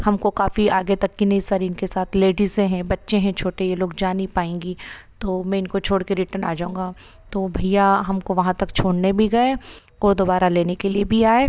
हमको काफ़ी आगे तक कि नहीं सर इनके साथ लेडीजें हैं बच्चे हैं छोटे ये लोग जा नहीं पाएंगी तो मैं इनको छोड़ के रिटन आ जाऊँगा तो भइया हमको वहाँ तक छोड़ने भी गए और दोबारा लेने के लिए भी आए